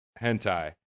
hentai